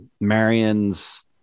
Marion's